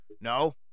No